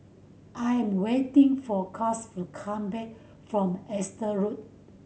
I am waiting for Cass to come back from Exeter Road